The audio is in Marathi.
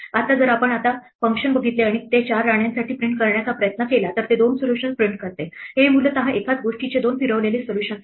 आता जर आपण आता फंक्शन बघितले आणि ते 4 राण्यांसाठी प्रिंट करण्याचा प्रयत्न केला तर ते दोन सोल्यूशन्स प्रिंट करते हे मूलत एकाच गोष्टीचे दोन फिरवलेले सोल्युशन्स आहेत